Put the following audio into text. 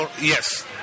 Yes